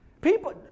People